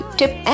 tip